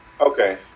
Okay